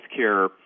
healthcare